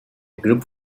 group